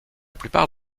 plupart